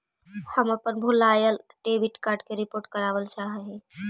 हम अपन भूलायल डेबिट कार्ड के रिपोर्ट करावल चाह ही